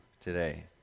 today